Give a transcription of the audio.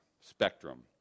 spectrum